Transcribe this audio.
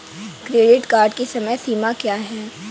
Credit card की समय सीमा क्या है?